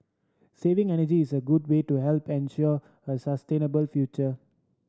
saving energy is a good way to help ensure a sustainable future